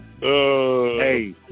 Hey